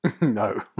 No